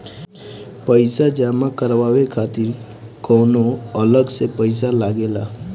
पईसा जमा करवाये खातिर कौनो अलग से पईसा लगेला?